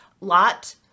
Lot